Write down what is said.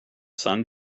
sun